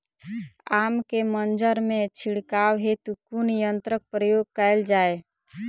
आम केँ मंजर मे छिड़काव हेतु कुन यंत्रक प्रयोग कैल जाय?